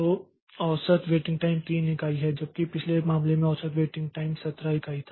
तो औसत waiting time 3 इकाई है जबकि पिछले मामले में औसत वेटिंग टाइम 17 इकाई था